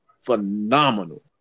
phenomenal